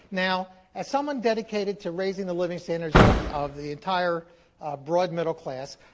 now, as someone dedicated to raising the living standards of of the entire ah broad middle class,